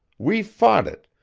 we fought it,